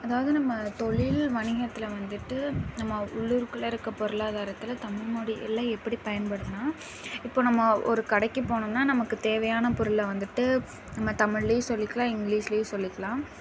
அதாவது நம்ம தொழில் வணிகத்தில் வந்துவிட்டு நம்ம உள்ளூருக்குள்ளே இருக்க பொருளாதாரத்தில் தமிழ்மொலியில எப்படி பயன்படுதுன்னா இப்போ நம்ம ஒரு கடைக்கு போனோம்னா நமக்கு தேவையான பொருளை வந்துவிட்டு நம்ம தமிழ்லையும் சொல்லிக்கலாம் இங்கிலீஷ்லையும் சொல்லிக்கலாம்